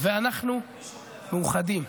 ואנחנו מאוחדים,